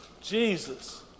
jesus